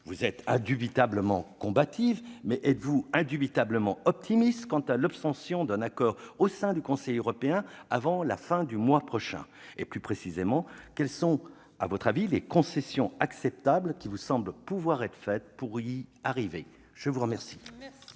vous êtes indubitablement combative, mais êtes-vous indubitablement optimiste quant à l'obtention d'un accord au sein du Conseil européen avant la fin du mois prochain ? Plus précisément, quelles sont les concessions acceptables qui vous semblent pouvoir être faites pour y arriver ? La parole